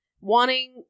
wanting